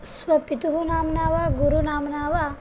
स्वपितुः नाम्ना वा गुरुनाम्ना वा